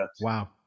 Wow